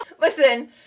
Listen